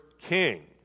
king